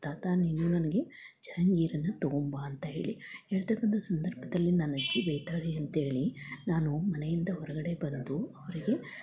ತಾತಾ ನೀನು ನನಗೆ ಜಹಾಂಗೀರನ್ನ ತೊಗೊಂಡ್ಬಾ ಅಂತ ಹೇಳಿ ಹೇಳತಕ್ಕಂಥ ಸಂದರ್ಭದಲ್ಲಿ ನನ್ನ ಅಜ್ಜಿ ಬೈತಾಳೆ ಅಂತೇಳಿ ನಾನು ಮನೆಯಿಂದ ಹೊರಗಡೆ ಬಂದು ಅವರಿಗೆ